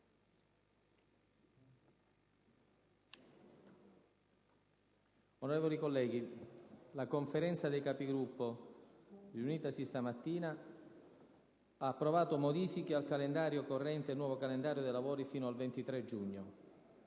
Onorevoli colleghi, la Conferenza dei Capigruppo, riunitasi questa mattina, ha approvato modifiche al calendario corrente e il nuovo calendario fino al 23 giugno.